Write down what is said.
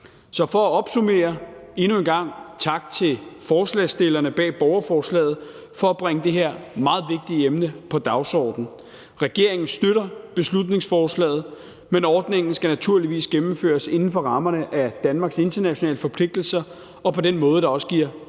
Så for at opsummere vil jeg endnu en gang sige tak til forslagsstillerne bag borgerforslaget for at bringe det her meget vigtige emne på dagsordenen. Regeringen støtter beslutningsforslaget, men ordningen skal naturligvis gennemføres inden for rammerne af Danmarks internationale forpligtelser og på den måde, der også giver bedst